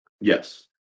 Yes